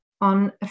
on